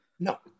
No